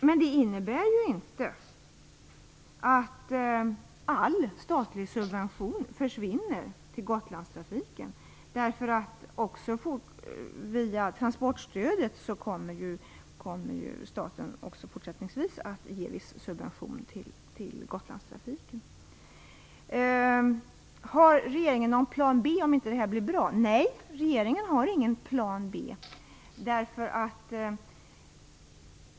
Det här innebär inte att all statlig subvention till Det frågas om regeringen har någon plan B om det här inte blir bra. Nej, regeringen har ingen plan B.